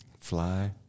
Fly